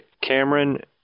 Cameron